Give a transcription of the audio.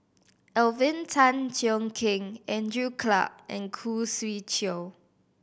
Alvin Tan Cheong Kheng Andrew Clarke and Khoo Swee Chiow